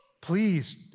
Please